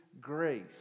grace